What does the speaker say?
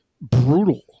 brutal